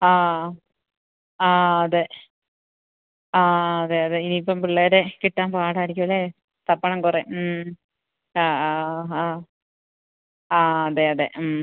ആ ആ അതെ ആ അതെ അതെ ഇനിയിപ്പം പിള്ളേരെ കിട്ടാന് പാടായിരിക്കും അല്ലേ തപ്പണം കുറേ മ് ആ ആ ആ ആ ആ അതെ അതെ മ്